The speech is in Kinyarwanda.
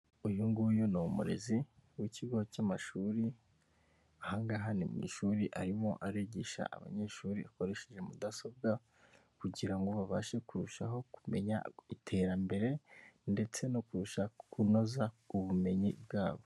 Uyu nguyu ni umurezi w'ikigo cy'amashuri aha ngaha ni mu ishuri arimo arigisha abanyeshuri akoresheje mudasobwa, kugira ngo babashe kurushaho kumenya iterambere ndetse no kurushaho kunoza ubumenyi bwabo.